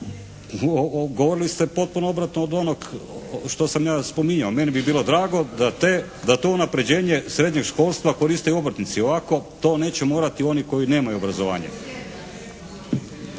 govorili ste potpuno obratno od onog što sam ja spominjao. Meni bi bilo drago da to unapređenje srednjeg školstva koriste i obrtnici. Ovako to neće morati oni koji nemaju obrazovanje.